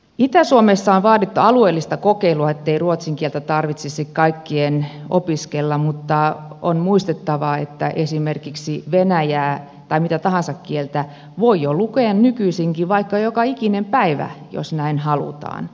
itä suomessa on vaadittu alueellista kokeilua ettei ruotsin kieltä tarvitsisi kaikkien opiskella mutta on muistettava että esimerkiksi venäjää tai mitä tahansa kieltä voi lukea jo nykyisinkin vaikka joka ikinen päivä jos näin halutaan